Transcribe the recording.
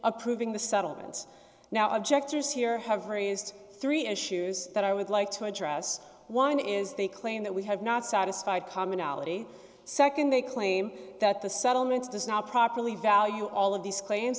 approving the settlements now objectors here have raised three issues that i would like to address one is the claim that we have not satisfied commonality nd they claim that the settlements does not properly value all of these claims